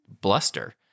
bluster